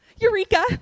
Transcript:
Eureka